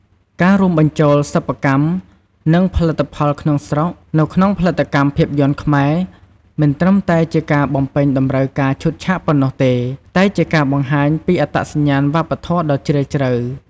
ការរួមបញ្ចូល សិប្បកម្ម និងផលិតផលក្នុងស្រុក នៅក្នុងផលិតកម្មភាពយន្តខ្មែរ មិនត្រឹមតែជាការបំពេញតម្រូវការឈុតឆាកប៉ុណ្ណោះទេ តែជាការបង្ហាញពីអត្តសញ្ញាណវប្បធម៌ដ៏ជ្រាលជ្រៅ។